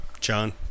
John